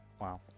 Wow